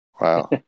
Wow